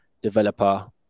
developer